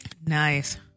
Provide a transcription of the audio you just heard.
Nice